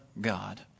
God